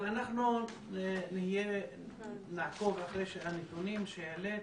אבל אנחנו נעקוב אחרי הנתונים שהעלית.